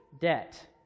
debt